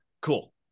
cool